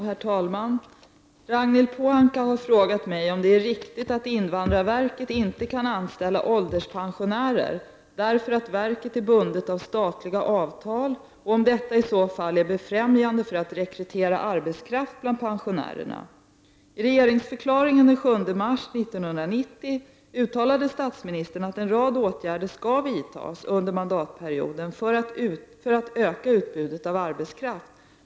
Herr talman! Ragnhild Pohanka har fråga mig om det är riktigt att invandrarverket inte kan anställa ålderspensionärer, därför att verket är bundet av statliga avtal, och om detta i så fall är befrämjande för att rekrytera arbetskraft bland pensionärerna. I regeringsförklaringen den 7 mars 1990 uttalade statsministern att en rad åtgärder skall vidtas under mandatperioden för att öka utbudet av arbetskraft.